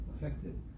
affected